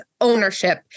ownership